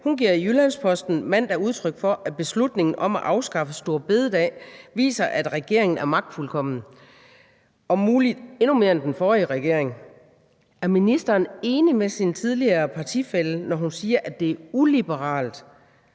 giver i Jyllands-Posten mandag udtryk for, at beslutningen om at afskaffe store bededag viser, at regeringen er magtfuldkommen – om muligt endnu mere end den forrige regering. Er ministeren enig med sin tidligere partifælle, når hun siger, at det er uliberalt